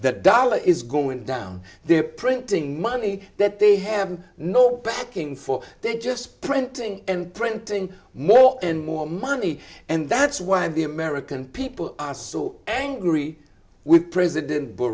that dollar is going down they're printing money that they have no backing for they're just printing and printing more and more money and that's why the american people are so angry with president bush